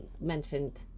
mentioned